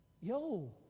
yo